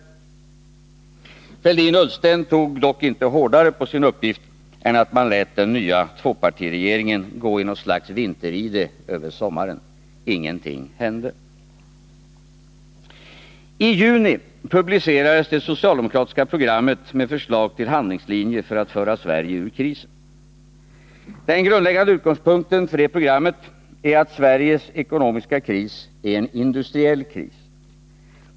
Thorbjörn Fälldin och Ola Ullsten tog dock inte hårdare på sin uppgift än att man lät den nya tvåpartiregeringen gå i något slags vinteride över sommaren. Ingenting hände. I juni publicerades det socialdemokratiska programmet med förslag till handlingslinje för att föra Sverige ur krisen. Den grundläggande utgångspunkten för det programmet är att Sveriges ekonomiska kris är en industriell kris.